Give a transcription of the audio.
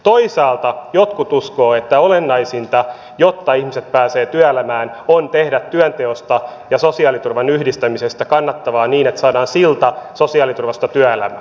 toisaalta jotkut uskovat että olennaisinta jotta ihmiset pääsevät työelämään on tehdä työnteosta ja sosiaaliturvan yhdistämisestä kannattavaa niin että saadaan silta sosiaaliturvasta työelämään